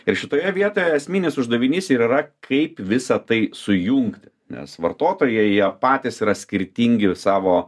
ir šitoje vietoje esminis uždavinys ir yra kaip visa tai sujungti nes vartotojai jie patys yra skirtingi savo